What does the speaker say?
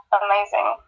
amazing